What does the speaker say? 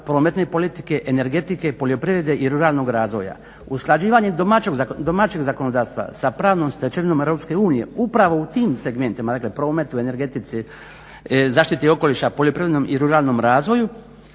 prometne politike, energetike i poljoprivrede i ruralnog razvoja. Usklađivanje domaćeg zakonodavstva sa pravnom stečevinom EU upravo u tim segmentima, dakle, prometu, energetici, zaštiti okoliša, poljoprivrednom i ruralnom razvoju